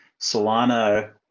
Solana